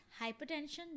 hypertension